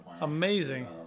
amazing